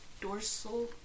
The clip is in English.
dorsal